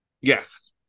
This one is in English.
Yes